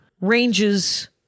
ranges